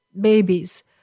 babies